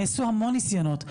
נעשו הרבה ניסיונות,